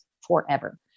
forever